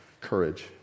courage